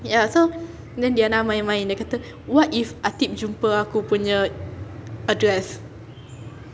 ya so then diana main-main dia kata what if ateeb jumpa aku punya address